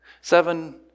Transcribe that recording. Seven